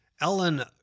Ellen